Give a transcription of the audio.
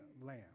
lamb